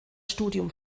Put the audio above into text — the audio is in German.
studium